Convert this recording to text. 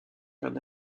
qu’un